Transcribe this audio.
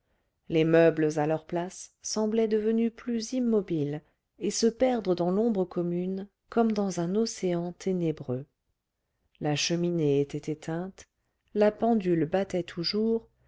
les meubles à leur place semblaient devenus plus immobiles et se perdre dans l'ombre comme dans un océan ténébreux la cheminée était éteinte la pendule battait toujours